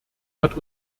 hat